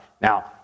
Now